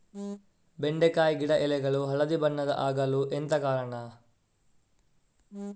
ಬೆಂಡೆಕಾಯಿ ಗಿಡ ಎಲೆಗಳು ಹಳದಿ ಬಣ್ಣದ ಆಗಲು ಎಂತ ಕಾರಣ?